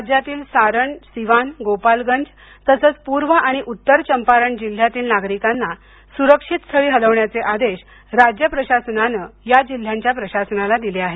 राज्यातील सारण सिवान गोपालगंज तसंच पूर्व आणि उत्तर चम्पारण जिल्ह्यातील नागरिकांना सुरक्षित स्थळी हलवण्याचे आदेश राज्य प्रशासनाने या जिल्ह्यांच्या प्रशासनाला दिले आहेत